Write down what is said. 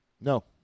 No